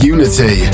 Unity